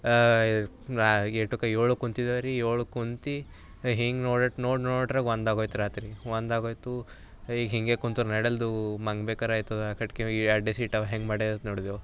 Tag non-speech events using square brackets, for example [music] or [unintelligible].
ಎಷ್ಟಕ್ಕೆ ಏಳಕ್ಕೆ ಕೂತಿದ್ದೇವು ರೀ ಏಳಕ್ಕೆ ಕೂತಿ ಹಿಂಗೆ ನೋಡಷ್ಟು ನೋಡ ನೋಡ್ತೆ ಒಂದು ಆಗೋಯ್ತು ರಾತ್ರಿ ಒಂದು ಆಗೋಯ್ತು ಈಗ ಹಿಂಗೆ ಕೂತರೆ ನಡೆಲ್ದು ಮಲ್ಗ ಬೇಕರೆ ಆಗ್ತದೆ [unintelligible] ಎರಡೇ ಸೀಟ್ ಇವೆ ಹೆಂಗೆ ಮಾಡೋದು ಅಂತ ನೋಡಿದೆವು